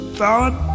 thought